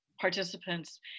participants